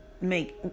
make